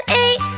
eight